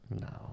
No